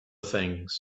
things